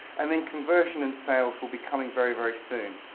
and then conversion and sales will be coming very, very soon.